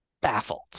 baffled